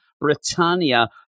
Britannia